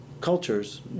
cultures